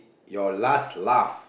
your last laugh